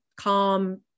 calm